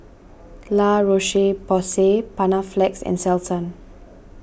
La Roche Porsay Panaflex and Selsun